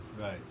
Right